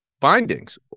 findings